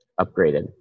upgraded